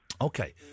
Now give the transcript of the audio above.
Okay